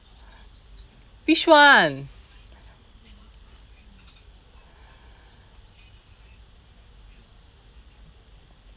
which one